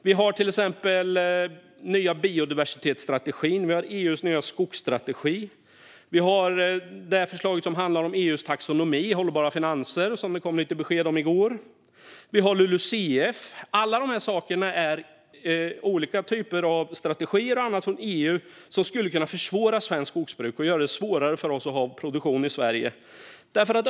Vi har till exempel den nya biodiversitetsstrategin. Vi har EU:s nya skogsstrategi. Vi har förslaget som handlar om EU:s taxonomi och hållbara finanser, som det kom lite besked om i går. Vi har LULUCF. Alla dessa strategier och annat från EU är sådant som skulle kunna försvåra för svenskt skogsbruk och göra det svårare för oss att ha produktion i Sverige.